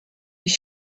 you